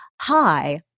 Hi